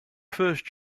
first